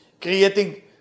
creating